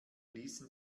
ließen